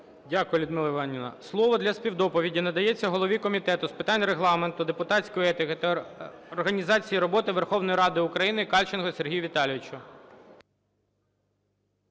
Дякую, Людмила Іванівна. Слово для співдоповіді надається голові Комітету з питань Регламенту, депутатської етики та організації роботи Верховної Ради України Кальченку Сергію Віталійовичу.